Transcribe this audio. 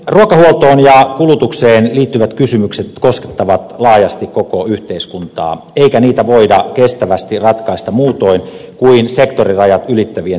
ruokahuoltoon ja kulutukseen liittyvät kysymykset koskettavat laajasti koko yhteiskuntaa eikä niitä voida kestävästi ratkaista muutoin kuin sektorirajat ylittävien toimenpiteiden avulla